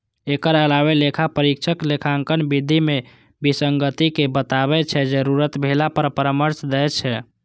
एकर अलावे लेखा परीक्षक लेखांकन विधि मे विसंगति कें बताबै छै, जरूरत भेला पर परामर्श दै छै